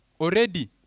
already